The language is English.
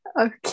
Okay